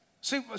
See